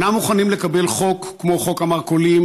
אינם מוכנים לקבל חוק כמו חוק המרכולים,